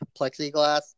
plexiglass